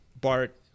Bart